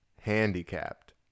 handicapped